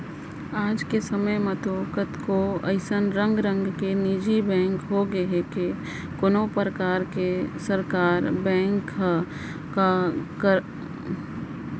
आज के समे म तो कतको अइसन रंग रंग के निजी बेंक कव के कोनों परकार के सरकार बेंक कव करोबर लोगन मन ल धर लोन देबेच करथे